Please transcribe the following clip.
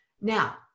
Now